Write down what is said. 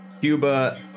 Cuba